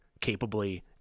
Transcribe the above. capably